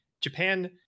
Japan